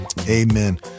amen